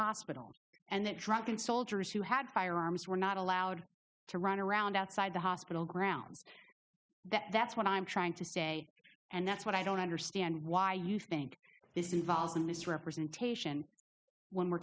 hospital and that drunken soldiers who had firearms were not allowed to run around outside the hospital grounds that that's what i'm trying to say and that's what i don't understand why you think this involves a misrepresentation when we're